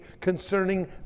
concerning